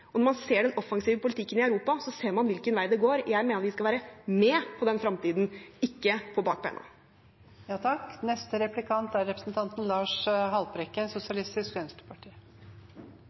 Når man ser den offensive politikken i Europa, ser man hvilken vei det går. Jeg mener vi skal være med på den framtiden, ikke på